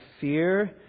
fear